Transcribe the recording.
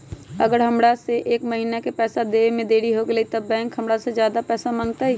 अगर हमरा से एक महीना के पैसा देवे में देरी होगलइ तब बैंक हमरा से ज्यादा पैसा मंगतइ?